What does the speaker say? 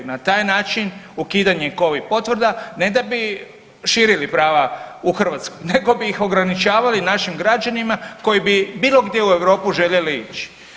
Na taj način ukidanje Covid potvrda ne da bi širili prava u Hrvatskoj nego bi ih ograničavali našim građanima koji bi bilo gdje u Europu željeli ići.